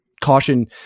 caution